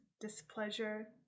displeasure